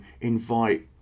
invite